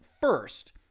first